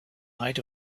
height